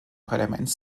parlaments